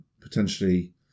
potentially